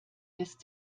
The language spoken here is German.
lässt